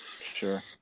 sure